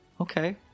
Okay